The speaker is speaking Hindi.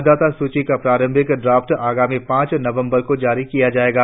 मतदाता सूचि का प्रारंभिक ड्राफ्ट आगामी पांच नवबंर को जारी किया जायेगा